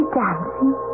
dancing